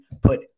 put